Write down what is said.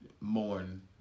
mourn